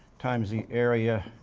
times the area